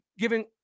giving